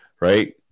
Right